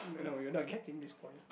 no no you are not getting this point